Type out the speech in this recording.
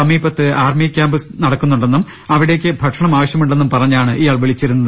സമീപത്ത് army camp നടക്കുന്നുണ്ടെന്നും അവിടേക്കു ഭക്ഷണം ആവശ്യമു ണ്ടെന്നും പറഞ്ഞാണ് ഇയാൾ വിളിച്ചിരുന്നത്